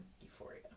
euphoria